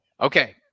Okay